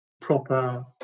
proper